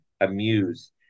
AMUSE